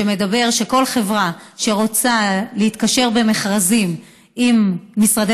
שמדבר על כך שכל חברה שרוצה להתקשר במכרזים עם משרדי